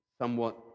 somewhat